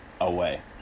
Away